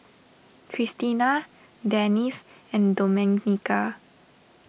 Christina Denis and Domenica